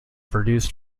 produced